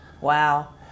Wow